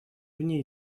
вне